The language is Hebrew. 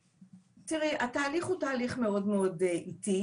תראי, התהליך הוא תהליך מאוד איטי.